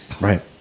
Right